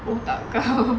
otak kau